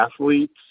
athletes